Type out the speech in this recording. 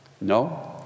No